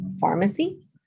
pharmacy